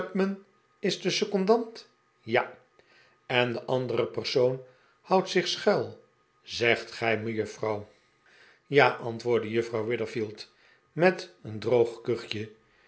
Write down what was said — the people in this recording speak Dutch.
is de seeondant ja en de andere persoon houdt zich schuil zegt gij mejuffrouw ja antwoordde juffrouw witherfield met een droog kuchje